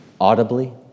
audibly